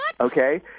okay